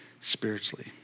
spiritually